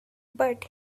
but